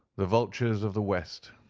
the vultures of the west,